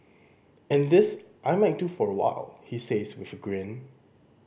and this I might do for a while he says with a grin